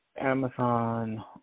Amazon